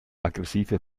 aggressive